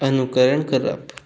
अनुकरण करप